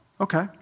okay